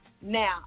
Now